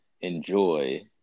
enjoy